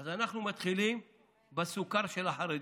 אז אנחנו מתחילים בסוכר של החרדים,